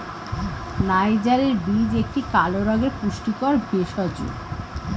নাইজারের বীজ একটি কালো রঙের পুষ্টিকর ভেষজ